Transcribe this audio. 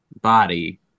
body